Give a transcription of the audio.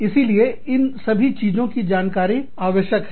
इसीलिए इन सभी चीजों की जानकारी आवश्यक है